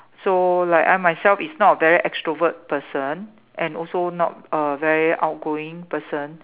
so like I myself is not a very extrovert person and also not a very outgoing person